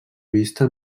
vista